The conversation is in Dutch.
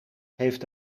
heeft